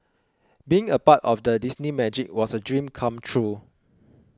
being a part of the Disney Magic was a dream come true